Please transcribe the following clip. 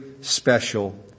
special